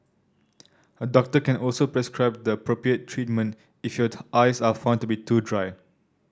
a doctor can also prescribe the appropriate treatment if your eyes are found to be too dry